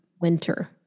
winter